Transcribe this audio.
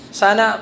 sana